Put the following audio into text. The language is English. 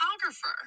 photographer